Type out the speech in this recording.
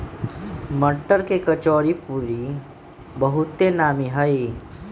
मट्टर के कचौरीपूरी बहुते नामि हइ